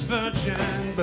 Virgin